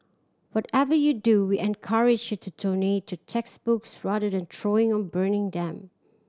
whatever you do we encourage you to donate to textbooks rather than throwing or burning them